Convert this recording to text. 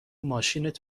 ماشینت